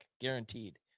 guaranteed